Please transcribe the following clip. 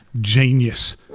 genius